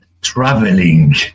traveling